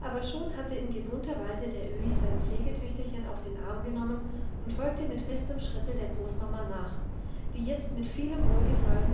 aber schon hatte in gewohnter weise der öhi sein pflegetöchterchen auf den arm genommen und folgte mit festem schritte der großmama nach die jetzt mit vielem wohlgefallen